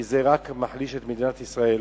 כי זה רק מחליש את מדינת ישראל